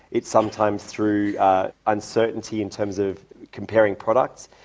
it's sometimes through uncertainty in terms of comparing products.